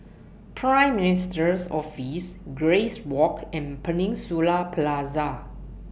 Prime Minister's Office Grace Walk and Peninsula Plaza